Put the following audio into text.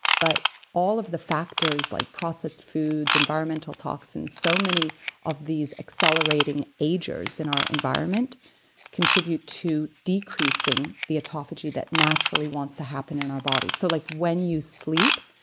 but all of the factors like processed foods, environmental toxins, so many of these accelerating agers in our environment contribute to decreasing the autophagy that naturally wants to happen in our body. so like when you sleep,